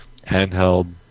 handheld